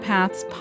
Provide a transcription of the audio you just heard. Paths